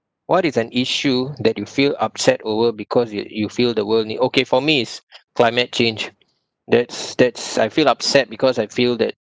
what is an issue that you feel upset over because you you feel the world need okay for me it's climate change that's that's I feel upset because I feel that